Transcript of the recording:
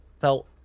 felt